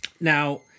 Now